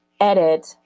edit